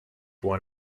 won